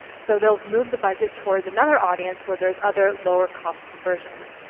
so they'll move the budget towards another audience where there's other lower cost conversions.